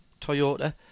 Toyota